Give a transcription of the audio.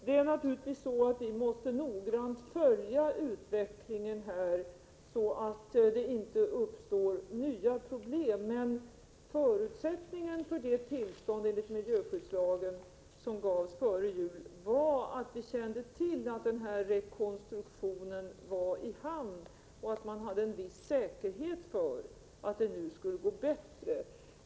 Vi måste naturligtvis noggrant följa utvecklingen, så att det inte uppstår nya problem, men förutsättningen för det tillstånd enligt miljöskyddslagen som gavs före jul var att vi kände till att denna rekonstruktion var i hamn och att man hade en viss säkerhet för att det nu skulle gå bättre.